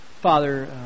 Father